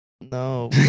No